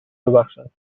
ببخشد